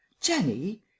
jenny